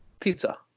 Pizza